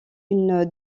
une